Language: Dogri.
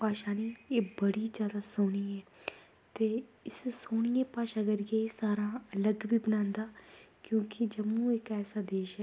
एह् भाशा नी एह् बड़ी जादै सोह्नी ऐ इस्सै सोह्नी करियै एह् सारें कशा अलग गै बनांदा क्योंकि जम्मू इक्क ऐसा देश ऐ